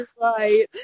right